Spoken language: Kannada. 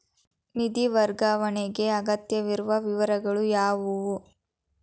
ನಿಧಿ ವರ್ಗಾವಣೆಗೆ ಅಗತ್ಯವಿರುವ ವಿವರಗಳು ಯಾವುವು?